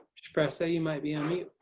shpresa you might be on mute.